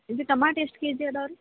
ಇದ್ ಟಮಾಟ ಟಮಾಟ್ ಎಷ್ಟು ಕೆ ಜಿ ಅದಾವು ರೀ